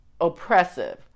oppressive